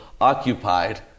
occupied